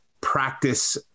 practice